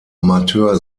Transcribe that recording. amateur